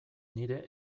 nire